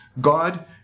God